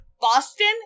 Boston